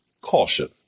Caution